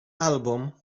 album